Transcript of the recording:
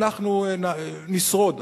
אנחנו נשרוד,